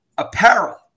apparel